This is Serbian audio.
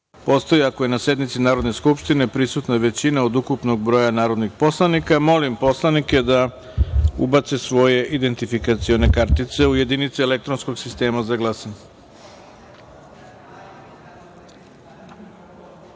postoji ako je na sednici Narodne skupštine prisutna većina od ukupnog broja narodnih poslanika. Molim poslanike da ubace svoje identifikacije kartice u jedinice elektronskog sistema za